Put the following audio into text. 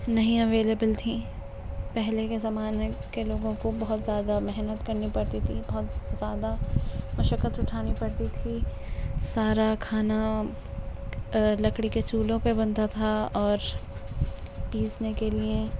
نہیں اویلیبل تھیں پہلے کے زمانے کے لوگوں کو بہت زیادہ محنت کرنی پڑتی تھی بہت زیادہ مشقت اٹھانی پڑتی تھی سارا کھانا لکڑی کے چولہوں پہ بنتا تھا اور پیسنے کے لئے